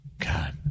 God